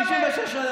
בלי משרדים,